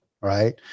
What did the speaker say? right